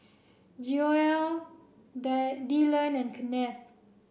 Joell Dyllan and Kenneth